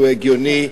שהוא הגיוני,